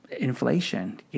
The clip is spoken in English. Inflation